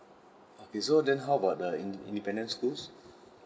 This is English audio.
okay so then how about the in~ independent schools